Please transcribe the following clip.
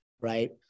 right